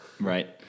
Right